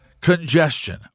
Congestion